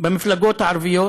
במפלגות הערביות,